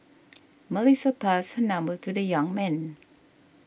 Melissa passed her number to the young man